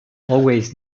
always